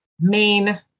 main